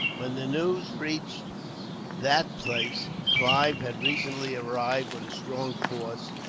when the news reached that place, clive had recently arrived with a strong force,